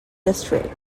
district